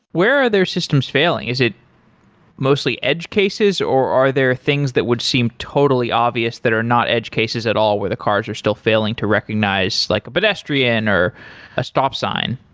where are their systems failing? is it mostly edge cases or are there things that would seem totally obvious that are not edge cases at all where the cars are still failing to recognize like a pedestrian or a stop sign?